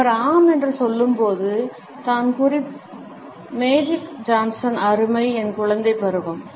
அவர் ஆம் என்று சொல்லும்போது தான் குறிப்பு நேரம் 1047 மேஜிக் ஜான்சன் அருமை குறிப்பு நேரம் 1049 என் குழந்தைப்பருவம்